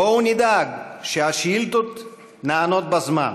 בואו נדאג שהשאילתות נענות בזמן,